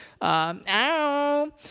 Ow